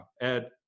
Ed